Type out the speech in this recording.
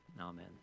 Amen